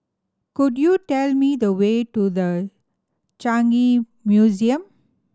could you tell me the way to The Changi Museum